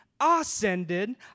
ascended